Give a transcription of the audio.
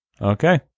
Okay